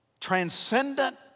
transcendent